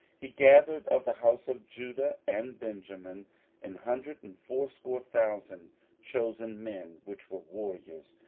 he gathered of the house of judah and benjamin an hundred and fourscore thousand chosen men, which were warriors,